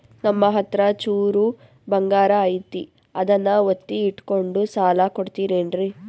ನಮ್ಮಹತ್ರ ಚೂರು ಬಂಗಾರ ಐತಿ ಅದನ್ನ ಒತ್ತಿ ಇಟ್ಕೊಂಡು ಸಾಲ ಕೊಡ್ತಿರೇನ್ರಿ?